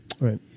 right